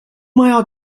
maja